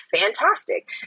fantastic